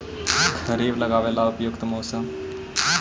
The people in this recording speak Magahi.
खरिफ लगाबे ला उपयुकत मौसम?